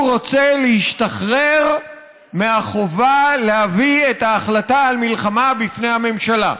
הוא רוצה להשתחרר מהחובה להביא את ההחלטה על מלחמה לפניה ממשלה.